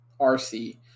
RC